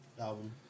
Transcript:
album